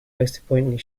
disappointingly